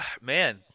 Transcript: Man